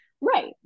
right